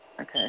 Okay